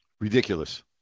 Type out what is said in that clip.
Ridiculous